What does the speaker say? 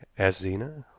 asked zena.